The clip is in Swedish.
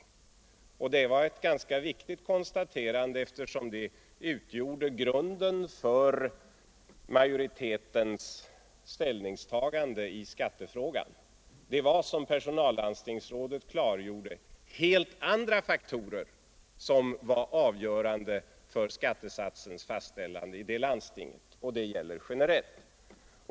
Och det var ett ganska viktigt konstaterande eftersom det utgjorde grunden för majoritetens ställningstagande i skattefrågan. Det var, som personallandstingsrådet klargjorde, helt andra faktorer som var avgörande för skattesatsernas fastställande i det landstinget. Och det gäller generellt.